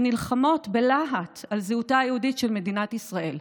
שנלחמות בלהט על זהותה היהודית של מדינת ישראל,